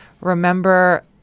remember